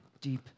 deep